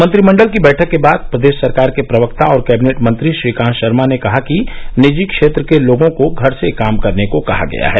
मंत्रिमंडल की बैठक के बाद प्रदेश सरकार के प्रवक्ता और कैबिनेट मंत्री श्रीकांत शर्मा ने कहा कि निजी क्षेत्र के लोगों को घर से काम करने को कहा गया है